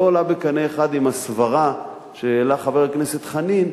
עולים בקנה אחד עם הסברה שהעלה חבר הכנסת חנין,